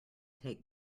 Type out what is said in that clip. take